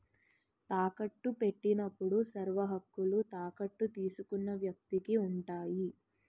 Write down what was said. తాకట్టు పెట్టినప్పుడు సర్వహక్కులు తాకట్టు తీసుకున్న వ్యక్తికి ఉంటాయి